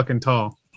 tall